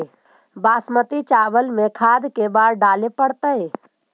बासमती चावल में खाद के बार डाले पड़तै?